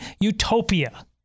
utopia